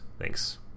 Thanks